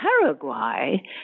Paraguay